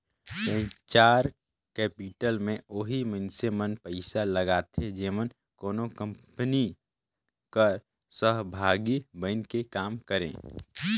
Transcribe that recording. venture capital में ओही मइनसे मन पइसा लगाथें जेमन कोनो कंपनी कर सहभागी बइन के काम करें